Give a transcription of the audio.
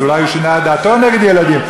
אז אולי הוא שינה את דעתו נגד ילדים.